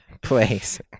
place